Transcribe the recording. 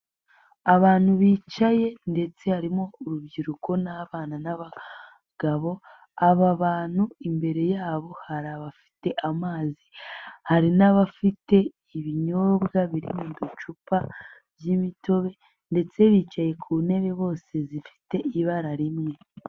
Abantu bicaye ndetse harimo urubyiruko n'abana n'abagabo, aba bantu imbere yabo hari abafite amazi, hari n'abafite ibinyobwa biri mu ducupa by'imitobe ndetse bicaye ku ntebe bose zifite ibara rimwe.